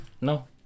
No